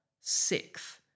sixth